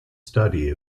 study